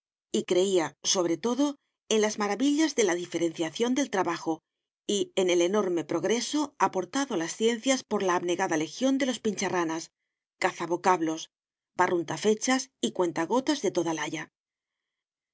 y creía sobre todo en las maravillas de la diferenciación del trabajo y en el enorme progreso aportado a las ciencias por la abnegada legión de los pincha ranas caza vocablos barrunta fechas y cuenta gotas de toda laya